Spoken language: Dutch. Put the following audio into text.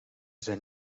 zijn